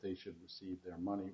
they should receive their money